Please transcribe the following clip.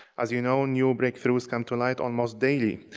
as you know, new breakthroughs come to light almost daily.